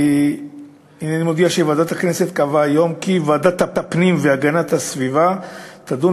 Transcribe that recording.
הנני מודיע שוועדת הכנסת קבעה היום כי ועדת הפנים והגנת הסביבה תדון